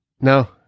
no